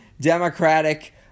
Democratic